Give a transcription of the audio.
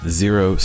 zero